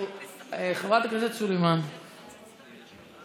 לא מתחילים עכשיו את הדיון הזה מחדש.